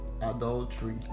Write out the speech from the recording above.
adultery